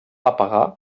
apagar